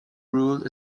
rule